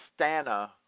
Stana